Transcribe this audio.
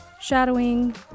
shadowing